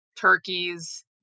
Turkeys